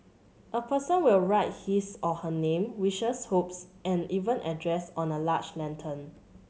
a person will write his or her name wishes hopes and even address on a large lantern